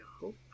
hope